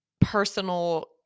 personal